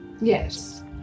Yes